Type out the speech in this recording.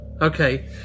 Okay